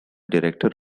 director